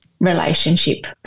relationship